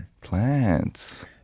Plants